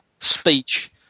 speech